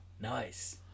nice